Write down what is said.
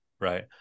right